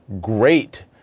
great